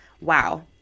Wow